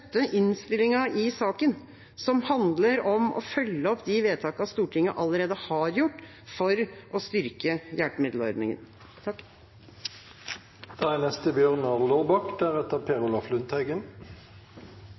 innstillinga i saken, som handler om å følge opp de vedtakene Stortinget allerede har gjort, for å styrke hjelpemiddelordningen. Dette er